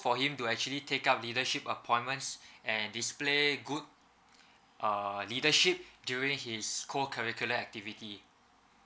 for him to actually take up leadership appointments and display good uh leadership during his co curricular activity